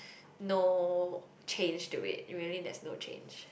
no change to it really that's no change